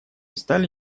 стали